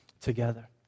together